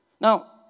now